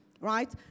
right